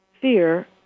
fear